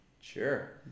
Sure